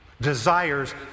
Desires